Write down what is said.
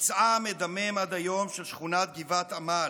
פצעה המדמם עד היום של שכונת גבעת עמל.